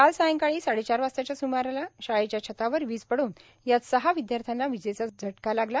काल सायंकाळी साडेचार वाजताच्या सुमारास शाळेच्या छतावर वीज पडून यात सहा विद्याथ्यांना विजेचा चटका लागला